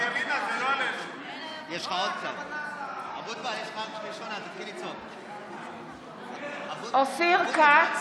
(קוראת בשמות חברי הכנסת) אופיר כץ,